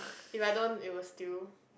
if I don't it will still